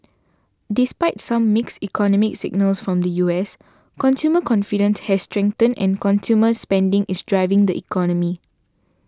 despite some mixed economic signals from the U S consumer confident has strengthened and consumer spending is driving the economy